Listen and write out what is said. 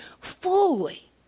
fully